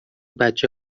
بچه